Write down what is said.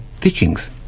teachings